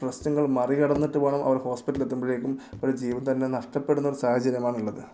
ഈ പ്രശനങ്ങൾ മറികടന്നിട്ട് വേണം അവർ ഹോസ്പിറ്റലിൽ എത്തുമ്പോഴേക്കും ഒരു ജീവൻ തന്നെ നഷ്ടപെടുന്ന ഒരു സാഹചര്യമാണ് ഉള്ളത്